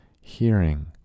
hearing